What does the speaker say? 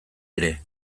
ere